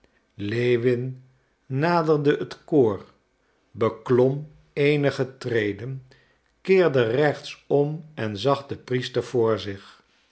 lewin naderde het koor beklom eenige treden keerde rechts om en zag den priester voor zich